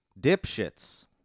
dipshits